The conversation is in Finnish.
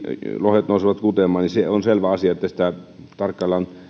lohet nousevat kutemaan niin se on selvä asia että sitä tarkkaillaan ja